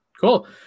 Cool